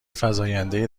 فزایندهای